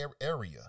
area